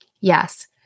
Yes